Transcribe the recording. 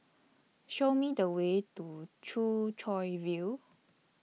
Show Me The Way to Choo Chow View